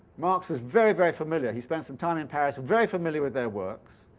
marx was very, very familiar he spent some time in paris very familiar with their works,